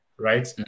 Right